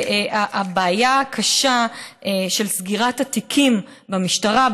הבעיה הקשה של סגירת התיקים במשטרה,